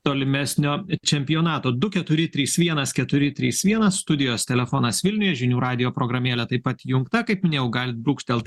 tolimesnio čempionato du keturi trys vienas ketrui trys vienas studijos telefonas vilniuje žinių radijo programėlė taip pat įjungta kaip minėjau galit brūkštelt